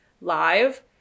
live